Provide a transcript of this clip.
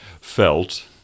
felt